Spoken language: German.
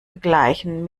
gleichen